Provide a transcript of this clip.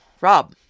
Rob